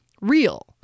real